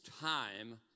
time